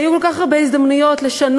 היו כל כך הרבה הזדמנויות לשנות,